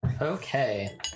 Okay